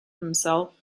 himself